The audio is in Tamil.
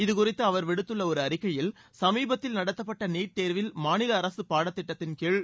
இதுகுறித்து அவர் விடுத்துள்ள ஒரு அறிக்கையில் சமீபத்தில் நடத்தப்பட்ட நீட் தேர்வில் மாநில அரசு பாடத்திட்டத்தின்கீழ்